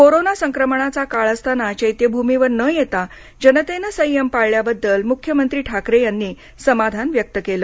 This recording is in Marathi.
कोरोना संक्रमणाचा काळ असताना चैत्यभूमीवर न येता जनतेने संयम पाळल्याबद्दल मुख्यमंत्री ठाकरे यांनी समाधान व्यक्त केले